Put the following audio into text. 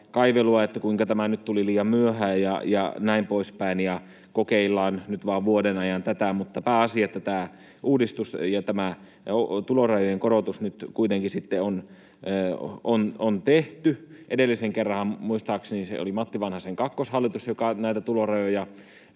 että kuinka tämä nyt tuli liian myöhään ja näin poispäin ja että kokeillaan nyt vain vuoden ajan tätä. Mutta pääasia on, että tämä uudistus ja tämä tulorajojen korotus nyt sitten kuitenkin on tehty. Edellisen kerranhan, muistaakseni se oli Matti Vanhasen kakkoshallitus, joka näitä tulorajoja